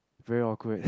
very awkward